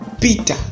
Peter